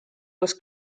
was